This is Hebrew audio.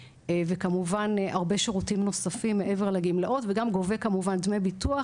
וכמובן הרבה שירותים נוספים מעבר לגימלאות וגם גובה כמובן דמי ביטוח,